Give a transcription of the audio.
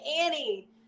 annie